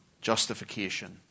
justification